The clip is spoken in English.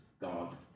God